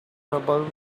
trouble